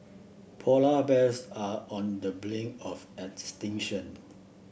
polar bears are on the blink of extinction